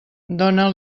dóna